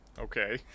okay